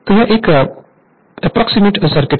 तो यह एक एप्रोक्सीमेट सर्किट है